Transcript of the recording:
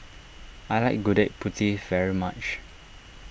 I like Gudeg Putih very much